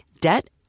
debt